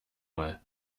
mal